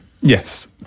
Yes